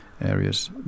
areas